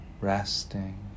resting